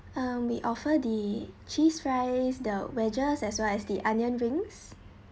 um we offer the cheese fries the wedges as well as the onion rings